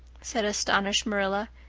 said astonished marilla,